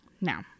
Now